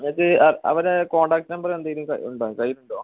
നിങ്ങൾക്ക് അ അവരുടെ കോണ്ടാക്റ്റ് നമ്പർ എന്തെങ്കിലും ഉണ്ടോ കയ്യിലുണ്ടോ